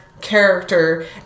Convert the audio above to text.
character